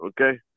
Okay